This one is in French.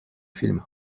film